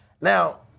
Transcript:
Now